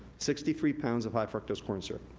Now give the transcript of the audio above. sixty three pounds of high fructose corn syrup.